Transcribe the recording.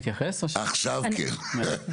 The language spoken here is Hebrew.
יכול להיות שהייתי שואל --- מה עם הרווחה?